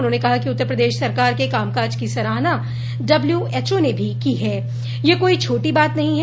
उन्होंने कहा कि उत्तर प्रदेश सरकार के कामकाज की सराहना डब्ल्यूएचओ ने भी की है यह कोई छोटी बात नहीं है